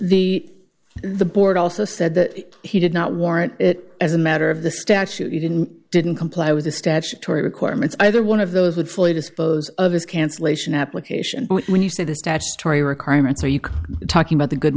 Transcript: the the board also said that he did not warrant it as a matter of the statute he didn't didn't comply with the statutory requirements either one of those would fully dispose of his cancellation application when you say the statutory requirements are you talking about the good